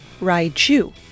Raiju